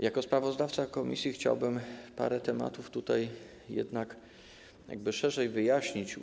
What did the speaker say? Jako sprawozdawca komisji chciałbym parę tematów tutaj jednak szerzej wyjaśnić.